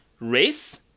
race